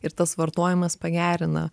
ir tas vartojimas pagerina